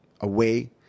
away